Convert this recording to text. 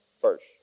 first